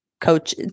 coach